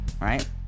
right